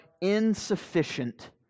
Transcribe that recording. insufficient